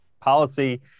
policy